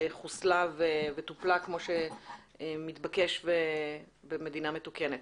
חוסלה וטופלה כמו שמתבקש במדינה מתוקנת.